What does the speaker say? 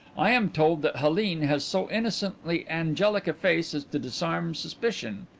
i am told that helene has so innocently angelic a face as to disarm suspicion,